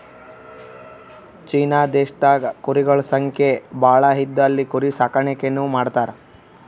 China ದೇಶದಾಗ್ ಕುರಿಗೊಳ್ ಸಂಖ್ಯಾ ಭಾಳ್ ಇದ್ದು ಅಲ್ಲಿ ಕುರಿ ಸಾಕಾಣಿಕೆನೂ ಮಾಡ್ತರ್